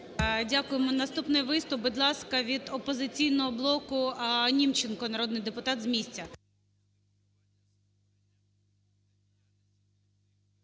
Дякуємо. Наступний виступ, будь ласка, від "Опозиційного блоку" Німченко, народний депутат, з місця.